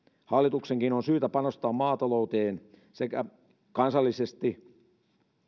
hallituksenkin on syytä panostaa maatalouteen kansallisesti